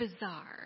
bizarre